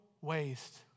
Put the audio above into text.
waste